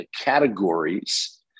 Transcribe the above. categories